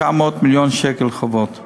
נשארים חובות של 900 מיליון שקל לקופות-החולים.